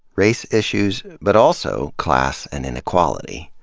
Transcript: race issues, but also class and inequality.